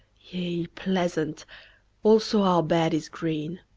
yea, pleasant also our bed is green.